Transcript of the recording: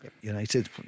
United